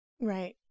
right